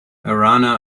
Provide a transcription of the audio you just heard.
arana